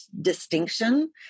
distinction